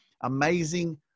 amazing